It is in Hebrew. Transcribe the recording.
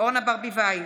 אורנה ברביבאי,